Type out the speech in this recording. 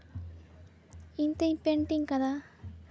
ᱤᱧ ᱛᱤᱧ ᱯᱮᱱᱴᱤᱝ ᱠᱟᱫᱟ